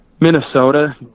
Minnesota